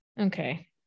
Okay